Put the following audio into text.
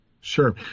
Sure